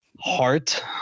heart